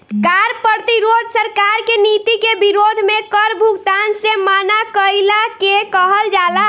कार्य प्रतिरोध सरकार के नीति के विरोध में कर भुगतान से मना कईला के कहल जाला